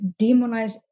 demonize